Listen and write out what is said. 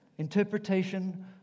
Interpretation